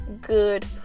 good